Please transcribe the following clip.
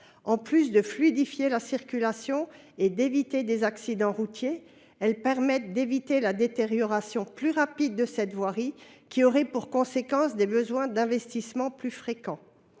En plus de fluidifier la circulation et d’éviter des accidents routiers, elles permettent d’éviter la détérioration plus rapide de la voirie, qui aurait pour conséquences des besoins d’investissement plus fréquents.